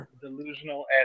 delusional